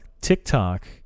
TikTok